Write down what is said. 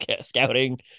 scouting